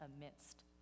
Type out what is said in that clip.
amidst